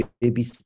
baby